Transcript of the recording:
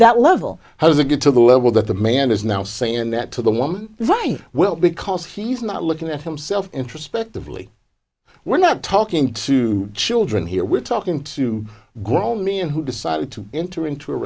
that level how does it get to the level that the man is now saying that to them right well because he's not looking at himself introspectively we're not talking to children here we're talking to grown men who decide to enter into a